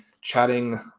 chatting